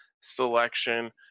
selection